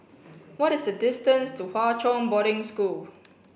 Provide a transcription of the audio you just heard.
what is the distance to Hwa Chong Boarding School